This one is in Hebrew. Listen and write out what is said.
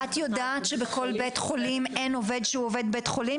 את יודעת שבכל בית חולים אין עובד שהוא עובד בית חולים,